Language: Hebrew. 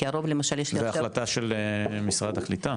כי הרוב למשל --- זה החלטה של משרד הקליטה?